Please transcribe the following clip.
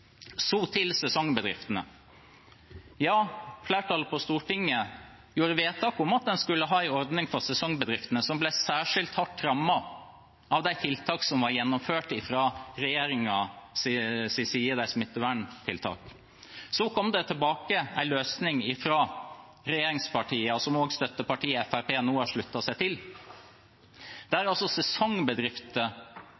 til sesongbedriftene. Flertallet på Stortinget gjorde vedtak om at en skulle ha en ordning for sesongbedriftene som ble særskilt hardt rammet av de smitteverntiltakene som var gjennomført fra regjeringens side. Så kom det tilbake en løsning fra regjeringspartiene, som også støttepartiet Fremskrittspartiet nå har sluttet seg til, der